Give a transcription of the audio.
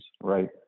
right